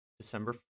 December